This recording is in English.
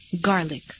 Garlic